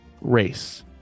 race